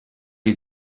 you